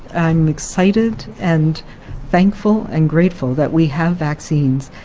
i'm excited and thankful and grateful that we have vaccines.